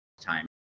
time